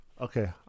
Okay